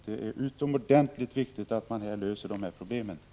Det är utomordentligt viktigt att de här problemen löses.